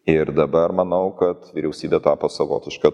ir dabar manau kad vyriausybė tapo savotiška